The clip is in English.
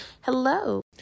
hello